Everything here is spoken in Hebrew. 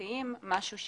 הקהילתיים משהו.